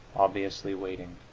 obviously waiting.